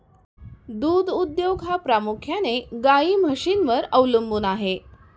दूध उद्योग हा प्रामुख्याने गाई म्हशींवर अवलंबून आहे